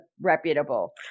reputable